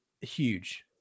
huge